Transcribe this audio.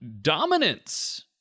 Dominance